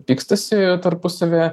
pykstasi tarpusavyje